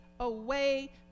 away